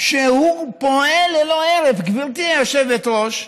שהוא פועל ללא הרף, גברתי היושבת-ראש,